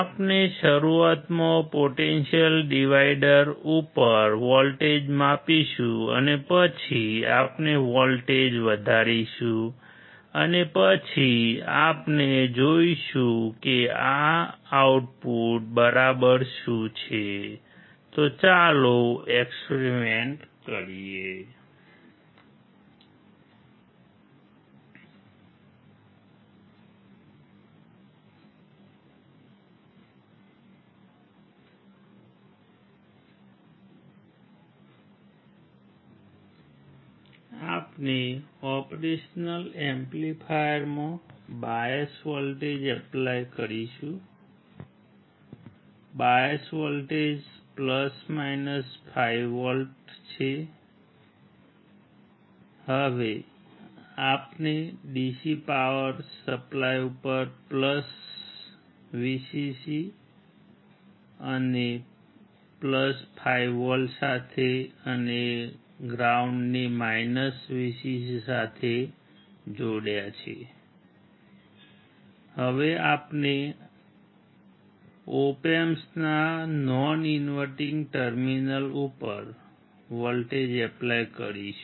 આપણે ઓપરેશનલ એમ્પ્લીફાયરમાં bias voltage apply કરીશું